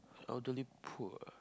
elderly poor